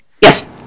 Yes